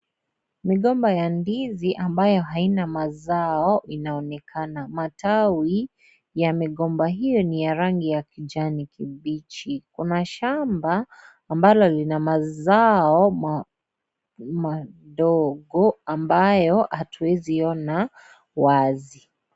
Migomba ya ndizi ambayo haina mazao inaonekana, matawi ya migomba hiyo ni ya rangi ya kijanikibichi kuna shamba ambalo lina mazao madogo ambayo hatuwezi ona wazi.